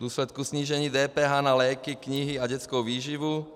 V důsledku snížení DPH na léky, knihy a dětskou výživu.